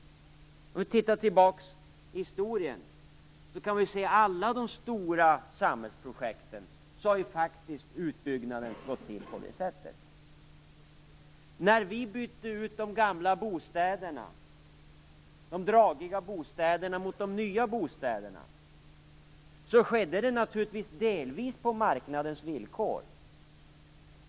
Om vi tittar tillbaka i historien kan vi se att utbyggnaden har gått till så för alla de stora samhällsprojekten. När vi bytte ut de gamla dragiga bostäderna mot nya, skedde det naturligtvis delvis på marknadens villkor.